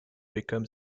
become